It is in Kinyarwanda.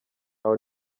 aho